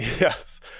Yes